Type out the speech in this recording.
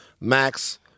Max